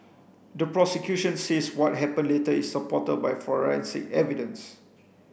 the prosecution says what happened later is supported by forensic evidence